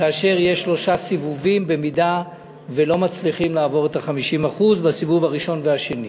ויש שלושה סיבובים אם לא מצליחים לעבור את ה-50% בסיבוב הראשון והשני.